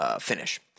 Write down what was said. finish